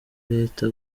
leta